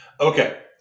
okay